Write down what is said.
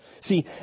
See